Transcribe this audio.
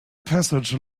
passage